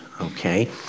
okay